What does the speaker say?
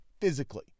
physically